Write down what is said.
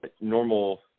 normal